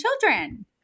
children